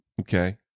Okay